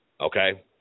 Okay